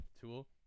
Tool